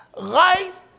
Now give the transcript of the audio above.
Life